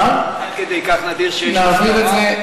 עד כדי כך נדיר שיש הסכמה?